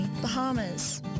Bahamas